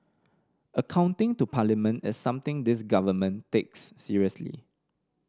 accounting to Parliament is something this Government takes seriously